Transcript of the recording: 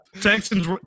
texans